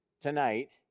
tonight